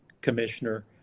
commissioner